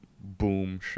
boom